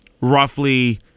roughly